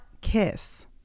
kiss